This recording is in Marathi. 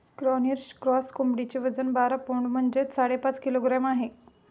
कॉर्निश क्रॉस कोंबडीचे वजन बारा पौंड म्हणजेच साडेपाच किलोग्रॅम आहे